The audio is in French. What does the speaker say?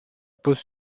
pose